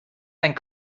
ein